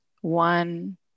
One